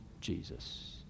Jesus